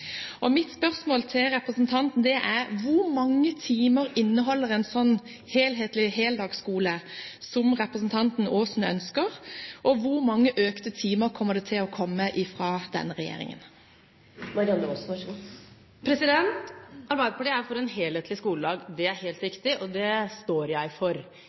mål. Mitt spørsmål til representanten Aasen er: Hvor mange timer inneholder en slik helhetlig heldagsskole som representanten Aasen ønsker? Og hvor mange økte timer kommer det til å komme fra denne regjeringen? Arbeiderpartiet er for en helhetlig skoledag – det er helt riktig, og det står jeg for.